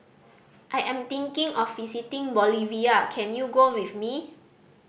I am thinking of visiting Bolivia can you go with me